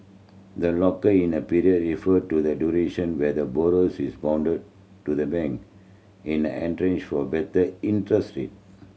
the locker in a period refer to the duration where the borrowers is bounded to the bank in for better interest rate